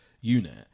unit